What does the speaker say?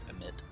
emit